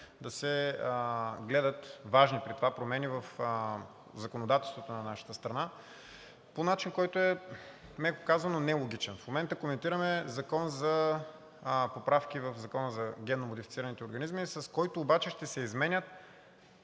да се гледат важни при това промени в законодателството на нашата страна по начин, който е, меко казано, нелогичен. В момента коментираме поправки в Закона за генномодифицираните организми, с които обаче ще се изменят